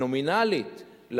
נומינלית,